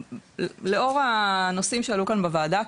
לאור הנושאים שעלו כאן בוועדה,